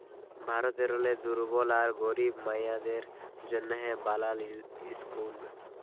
ভারতেরলে দুর্বল আর গরিব মাইয়াদের জ্যনহে বালাল ইসকুল